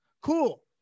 Cool